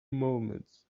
moments